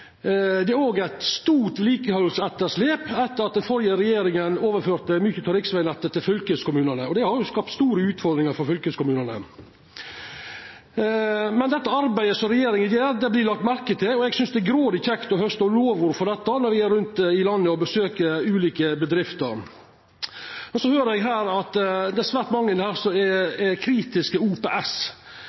Det er òg eit stort vedlikehaldsetterslep etter at den førre regjeringa overførte mykje av riksvegnettet til fylkeskommunane. Det har skapt store utfordringar for fylkeskommunane. Men dette arbeidet som regjeringa gjer, vert lagt merke til, og eg synest det er grådig kjekt å hausta lovord for dette når eg er rundt om i landet og besøkjer ulike bedrifter. Så høyrer eg at det er svært mange her som er kritiske til OPS.